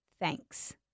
Thanks